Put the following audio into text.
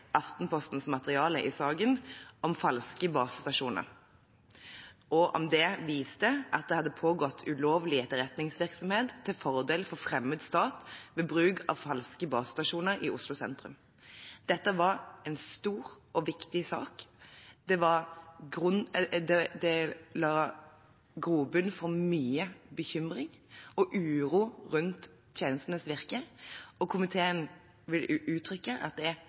Aftenpostens materiale i saken om falske basestasjoner, og om det viste at det hadde pågått ulovlig etterretningsvirksomhet til fordel for fremmed stat ved bruk av falske basestasjoner i Oslo sentrum. Dette var en stor og viktig sak. Det ga grobunn for mye bekymring og uro rundt tjenestenes virke, og komiteen vil uttrykke at det